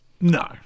No